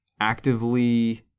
actively